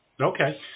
Okay